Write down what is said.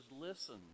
listen